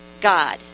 God